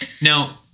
now